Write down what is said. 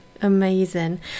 amazing